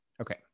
Okay